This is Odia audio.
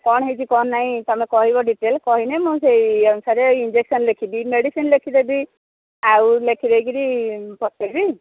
କ'ଣ ହୋଇଛି କ'ଣ ନାହିଁ ତୁମେ କହିବ ଡିଟେଲ୍ କହିଲେ ମୁଁ ସେଇ ଅନୁସାରେ ଇଂଜେକସନ ଲେଖିବି ମେଡିସିନ୍ ଲେଖିବି ଆଉ ଲେଖି ଦେଇକିରି ପଠେଇବି